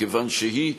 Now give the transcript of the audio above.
מכיוון שהיא,